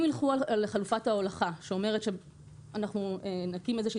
אם ילכו על חלופת ההולכה שאומרת שאנחנו נקים איזושהי